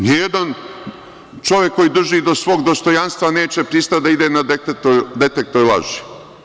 Nijedan čovek koji drži do svog dostojanstva neće pristati da ide na detektor laži.